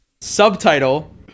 Subtitle